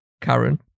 Karen